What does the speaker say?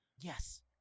Yes